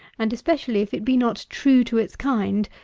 and especially if it be not true to its kind,